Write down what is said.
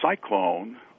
cyclone